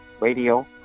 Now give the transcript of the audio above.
radio